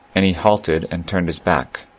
and he halted and turned his back,